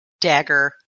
dagger